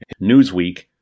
Newsweek